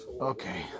Okay